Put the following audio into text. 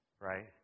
right